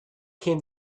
came